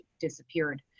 disappeared